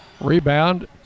Rebound